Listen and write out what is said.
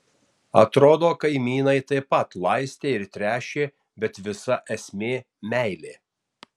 atrodo kaimynai taip pat laistė ir tręšė bet visa esmė meilė